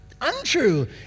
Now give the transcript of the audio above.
untrue